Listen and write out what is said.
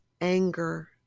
anger